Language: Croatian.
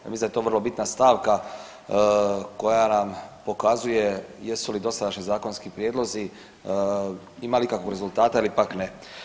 Ja mislim da je to vrlo bitna stavka koja nam pokazuje jesu li dosadašnji zakonski prijedlozi imali ikakvog rezultata ili pak ne.